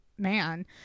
man